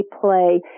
play